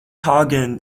hagen